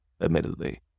admittedly